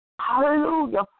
Hallelujah